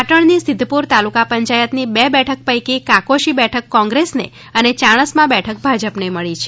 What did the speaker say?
પાટણની સિધ્ધપુર તાલુકા પંચાયતની બે બેઠક પૈકી કાકોશી બેઠક કોગ્રેસને અને ચાણસ્મા બેઠક ભાજપને મળી છે